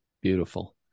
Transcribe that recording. Beautiful